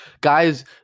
guys